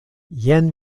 jen